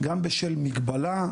גם בשל מגבלה,